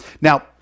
Now